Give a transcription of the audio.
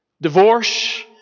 Divorce